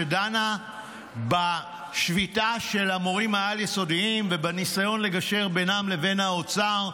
שדנה בשביתה של המורים העל-יסודיים ובניסיון לגשר בינם לבין האוצר,